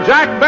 Jack